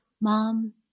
Mom